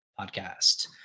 podcast